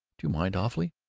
do you mind awfully?